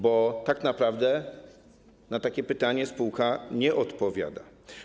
Bo tak naprawdę na takie pytanie spółka nie odpowiada.